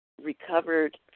recovered